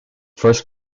first